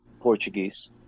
portuguese